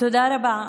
תודה רבה.